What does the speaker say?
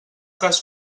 cas